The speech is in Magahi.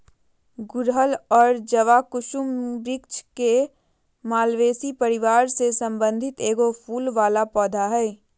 गुड़हल और जवाकुसुम वृक्ष के मालवेसी परिवार से संबंधित एगो फूल वला पौधा हइ